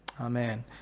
Amen